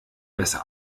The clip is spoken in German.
besser